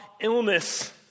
illness